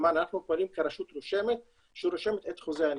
כלומר אנחנו פועלים כרשות רושמת שרושמת את חוזה הנישואים.